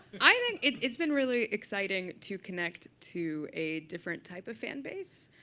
think it's been really exciting to connect to a different type of fan base.